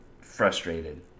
frustrated